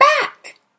back